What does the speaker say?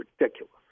ridiculous